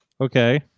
Okay